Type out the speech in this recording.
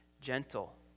gentle